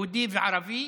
יהודי וערבי,